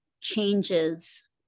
changes